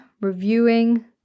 reviewing